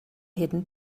hidden